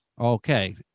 Okay